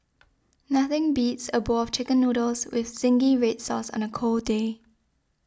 nothing beats a bowl of Chicken Noodles with Zingy Red Sauce on a cold day